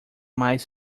mais